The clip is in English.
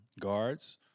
guards